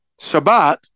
Shabbat